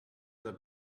that